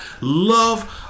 love